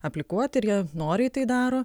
aplikuoti ir jie noriai tai daro